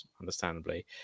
understandably